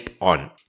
on